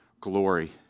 glory